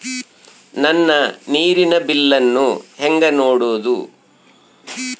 ನನ್ನ ನೇರಿನ ಬಿಲ್ಲನ್ನು ಹೆಂಗ ನೋಡದು?